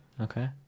okay